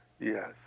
Yes